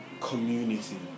community